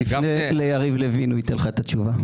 תפנה ליריב לוין, הוא ייתן לך את התשובה.